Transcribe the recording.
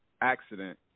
accident